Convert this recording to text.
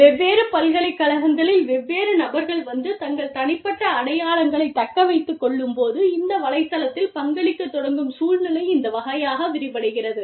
வெவ்வேறு பல்கலைக்கழகங்களில் வெவ்வேறு நபர்கள் வந்து தங்கள் தனிப்பட்ட அடையாளங்களைத் தக்க வைத்துக் கொள்ளும்போது இந்த வலைத்தளத்தில் பங்களிக்கத் தொடங்கும் சூழ்நிலை இந்த வகையாக விரிவடைகிறது